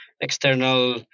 external